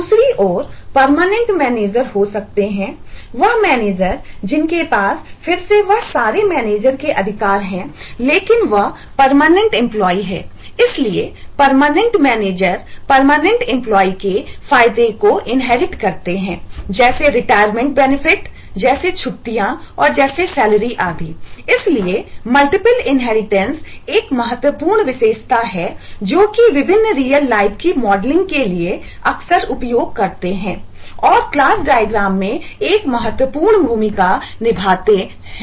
दूसरी और permanent manager के लिए अक्सर उपयोग करते हैं और क्लास डायग्राम में एक महत्वपूर्ण भूमिका निभाते हैं